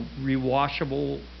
rewashable